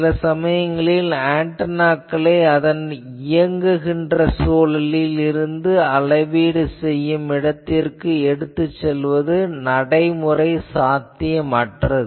சில சமயங்களில் ஆன்டெனாக்களை அதன் இயங்குகின்ற சூழலில் இருந்து அளவீடு செய்யும் இடத்திற்கு எடுத்துச் செல்வது நடைமுறை சாத்தியமற்றது